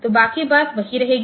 तो बाकी बात वही रहेगी